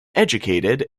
educated